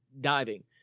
diving